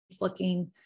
looking